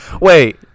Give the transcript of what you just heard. Wait